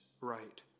right